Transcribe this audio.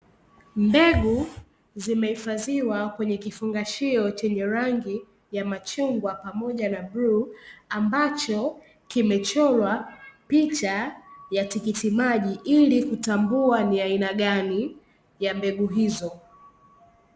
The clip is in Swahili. Mbegu zimehifadhiwa kwenye kifungashio chenye rangi ya machungwa pamoja na bluu, ambacho kimechorwa picha ya tikiti maji ili kutambua ni aina gani ya mbegu hizo.